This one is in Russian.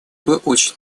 очень